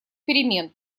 перемен